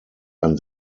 ein